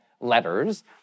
letters